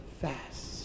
fast